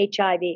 HIV